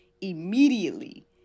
immediately